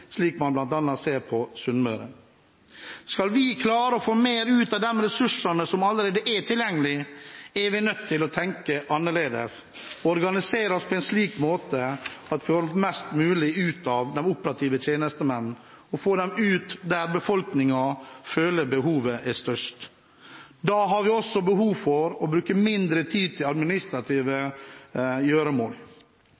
slik man bl.a. ser på Sunnmøre. Skal vi klare å få mer ut av de ressursene som allerede er tilgjengelige, er vi nødt til å tenke annerledes og organisere oss på en slik måte at vi får mest mulig ut av de operative tjenestemennene og få dem ut der befolkningen føler at behovet er størst. Da har vi også behov for å bruke mindre tid på administrative